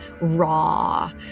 raw